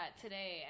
today